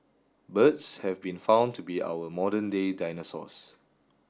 birds have been found to be our modern day dinosaurs